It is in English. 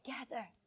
together